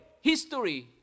history